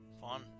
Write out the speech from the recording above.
Fun